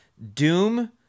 Doom